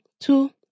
two